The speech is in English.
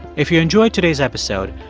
if you enjoyed today's episode,